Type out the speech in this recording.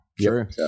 Sure